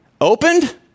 Opened